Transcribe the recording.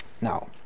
Now